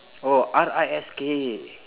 oh R I S K